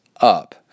up